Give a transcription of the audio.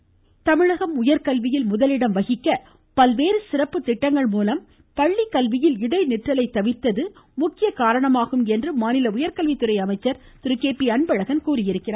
அன்பழகன் தமிழகம் உயர்கல்வியில் முதலிடம் வகிக்க பல்வேறு சிறப்பு திட்டங்கள் மூலம் பள்ளிக்கல்வியில் இடைநிற்றலை தவிர்தது முக்கிய காரணமாகும் என்று மாநில உயர்கல்வித்துறை அமைச்சர் திரு கே பி அன்பழகன் தெரிவித்திருக்கிறார்